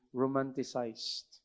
romanticized